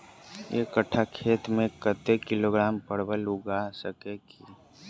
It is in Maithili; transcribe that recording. एक कट्ठा खेत मे कत्ते किलोग्राम परवल उगा सकय की??